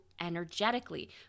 energetically